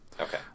Okay